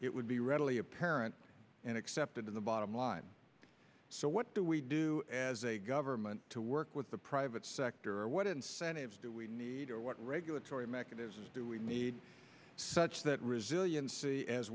it would be readily apparent and accepted in the bottom line so what do we do as a government to work with the private sector what incentives do we need or what regulatory mechanisms do we need such that resilien